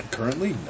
Currently